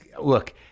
look